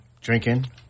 drinking